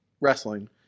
wrestling